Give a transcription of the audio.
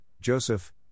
Joseph